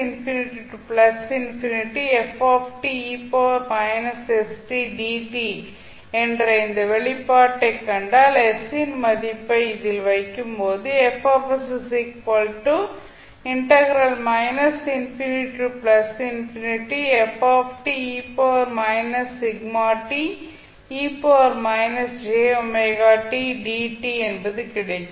இப்போது என்ற இந்த வெளிப்பாட்டைக் கண்டால் s இன் மதிப்பை இதில் வைக்கும்போது என்பது கிடைக்கும்